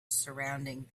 surrounding